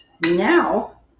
Now